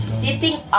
sitting